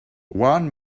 one